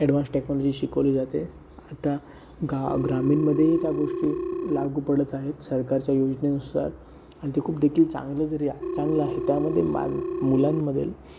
advance technology शिकवली जाते आता गा ग्रामीणमध्येही त्या गोष्टी लागू पडत आहेत सरकारच्या योजनेनुसार आणि ते खूप देखील चांगलं जरी चांगलं आहे त्यामध्ये माल मुलांमधील